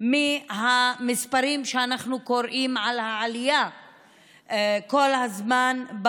מהמספרים שאנחנו קוראים על העלייה בתחלואה כל הזמן.